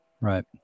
Right